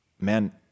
man